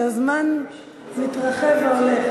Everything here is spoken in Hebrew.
שהזמן מתרחב והולך,